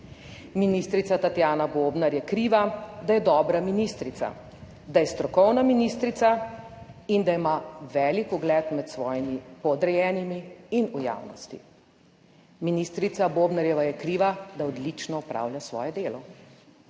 Ministrica Tatjana Bobnar je kriva, da je dobra ministrica, da je strokovna ministrica in da ima velik ugled med svojimi podrejenimi in v javnosti. Ministrica Bobnarjeva je kriva, da odlično opravlja svoje delo.